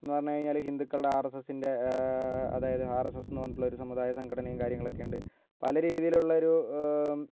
എന്ന് പറഞ്ഞ് കഴിഞ്ഞാല് ഹിന്ദുക്കളുടെ ആർ എസ് എസ് ൻ്റെ അതായത് ആർ എസ് എസ് എന്ന് പറഞ്ഞിട്ടുള്ള ഒരു സമുദായ സംഘടനയും കാര്യങ്ങളൊക്കെയുണ്ട് പലരീതിയിലുള്ളൊരു